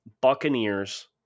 Buccaneers